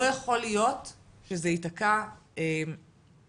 לא יכול להיות שזה יתקע במחלקות,